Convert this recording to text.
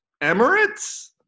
Emirates